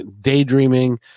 daydreaming